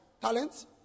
talents